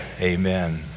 amen